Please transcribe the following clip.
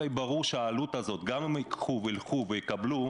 ברור שהעלות הזאת גם אם הם ייקחו וילכו ויקבלו,